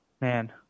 Man